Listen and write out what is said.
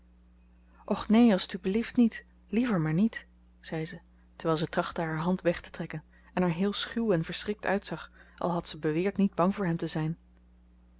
neen als t u belieft niet liever maar niet zei ze terwijl ze trachtte haar hand weg te trekken en er heel schuw en verschrikt uitzag al had ze beweerd niet bang voor hem te zijn